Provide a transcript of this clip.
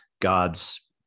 God's